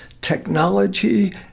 technology